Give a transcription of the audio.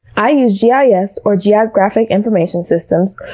i use yeah yeah gis, or geographic information systems,